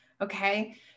Okay